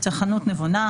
צרכנות נבונה,